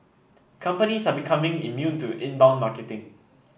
companies are becoming immune to inbound marketing